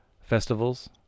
festivals